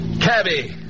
Cabby